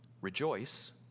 Rejoice